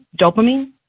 dopamine